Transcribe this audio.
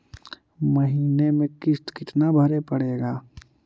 महीने में किस्त कितना भरें पड़ेगा?